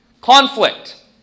conflict